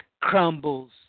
crumbles